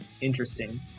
interesting